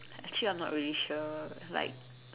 actually I am not really sure like